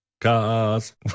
Cause